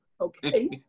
okay